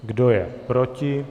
Kdo je proti?